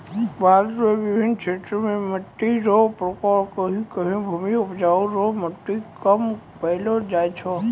भारत मे बिभिन्न क्षेत्र मे मट्टी रो प्रकार कहीं कहीं भूमि उपजाउ रो मट्टी कम पैलो जाय छै